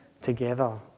together